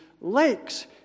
lakes